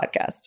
podcast